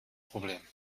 problem